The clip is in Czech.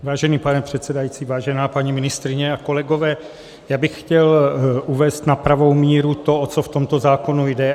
Vážený pane předsedající, vážená paní ministryně a kolegové, já bych chtěl uvést na pravou míru to, o co v tomto zákonu jde.